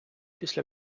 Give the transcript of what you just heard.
після